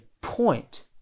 point